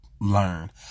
learn